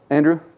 Andrew